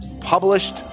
published